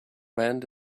band